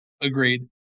Agreed